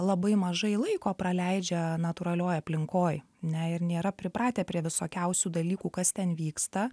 labai mažai laiko praleidžia natūralioj aplinkoj ne ir nėra pripratę prie visokiausių dalykų kas ten vyksta